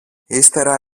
ύστερα